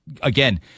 again